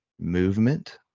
movement